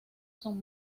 son